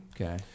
Okay